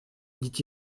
dit